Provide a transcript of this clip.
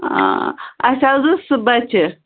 آ اَسہِ حظ اوس سُہ بَچہِ